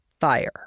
fire